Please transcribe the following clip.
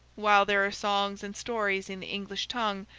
while there are songs and stories in the english tongue,